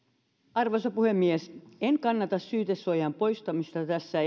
arvoisa puhemies en kannata syytesuojan poistamista tässä